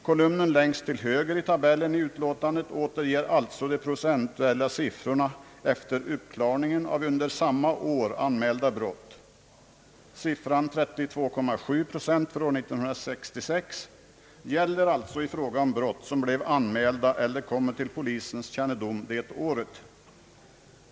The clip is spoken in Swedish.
Kolumnen längst till höger i tabellen i utlåtandet återger alltså de procentuella siffrorna för uppklarandet av under samma år anmälda brott. Procentsiffran 32,7 för år 1966 gäller alltså för brott, som blev anmälda eller kom till polisens kännedom detta år.